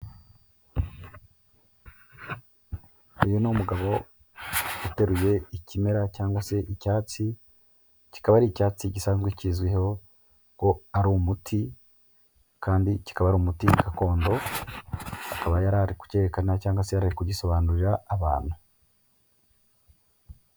Uyu ni umugabo uteruye ikimera cyangwa se icyatsi, kikaba ari icyatsi gisanzwe kizwiho ko ari umuti kandi kikaba ari umuti gakondo, akaba yari ari kucyerekana cyangwa se yari ari kugisobanurira abantu.